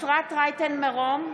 אפרת רייטן מרום,